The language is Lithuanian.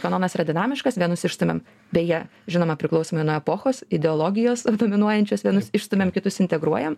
kanonas yra dinamiškas vienus išsamiam beje žinoma priklausomai nuo epochos ideologijos dominuojančios vienus išstumiam kitus integruojam